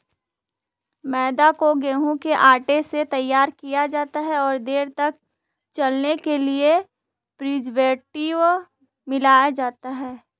मैदा को गेंहूँ के आटे से तैयार किया जाता है और देर तक चलने के लिए प्रीजर्वेटिव मिलाया जाता है